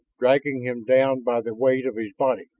dragging him down by the weight of his body.